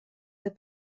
the